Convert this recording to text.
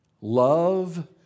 Love